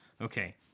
okay